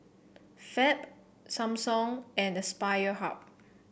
Fab Samsung and Aspire Hub